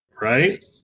Right